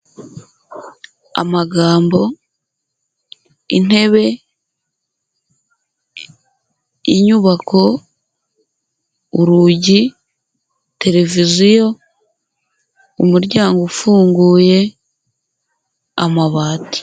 Amagambo, intebe, inyubako, urugi, televiziyo, umuryango ufunguye, amabati.